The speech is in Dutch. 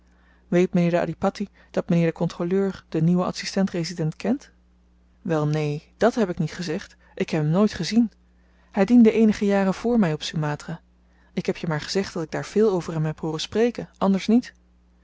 weet mynheer de adhipatti dat m'nheer de kontroleur den nieuwen adsistent resident kent wel neen dàt heb niet gezegd ik heb hem nooit gezien hy diende eenige jaren vr my op sumatra ik heb je maar gezegd dat ik daar veel over hem heb hooren spreken anders niet